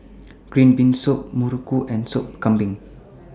Green Bean Soup Muruku and Soup Kambing